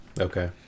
okay